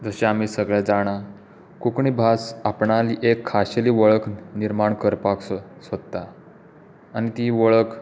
जशें आमीं सगळे जाणात कोंकणी भास आपणाली एक खाशेली वळख निर्माण करपाक सोद सोदता आनी ती वळख